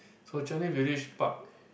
so Changi Village park